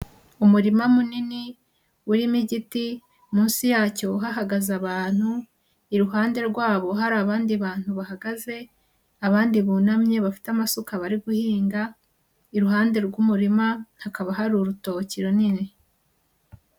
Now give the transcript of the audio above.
Umurima munini urimo igiti munsi yacyo hahagaze abantu, iruhande rwabo hari abandi bantu bahagaze, abandi bunamye bafite amasuka bari guhinga, iruhande rw'umurima hakaba hari urutoki runini.